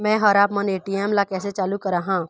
मैं हर आपमन ए.टी.एम ला कैसे चालू कराहां?